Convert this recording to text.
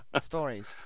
stories